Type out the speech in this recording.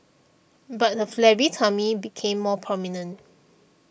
but her flabby tummy became more prominent